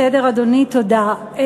בסדר, אדוני, תודה.